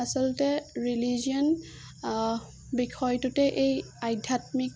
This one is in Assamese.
আচলতে ৰিলিজিয়ন বিষয়টোতে এই আধ্যাত্মিক